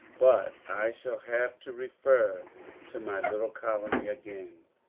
but i shall have to refer to my little colony again.